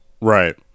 Right